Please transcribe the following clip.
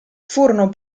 furono